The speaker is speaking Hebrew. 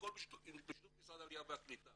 והכל בשיתוף עם משרד העלייה והקליטה,